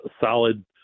solid